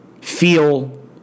Feel